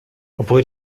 obwohl